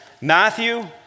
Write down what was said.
Matthew